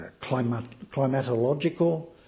climatological